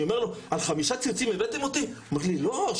אני אומר לו 'על חמישה ציוצים הבאתם אותי?' הוא אומר לי 'לא,